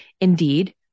Indeed